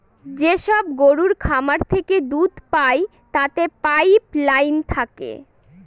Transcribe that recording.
যেসব গরুর খামার থেকে দুধ পায় তাতে পাইপ লাইন থাকে